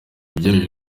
byemejwe